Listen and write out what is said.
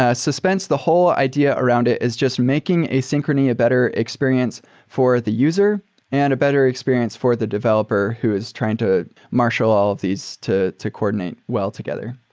ah suspense, the whole idea around it, is just making asynchrony a better experience for the user and a better experience for the developer who is trying to marshal all of these to to coordinate well together.